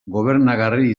gobernagarria